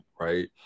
right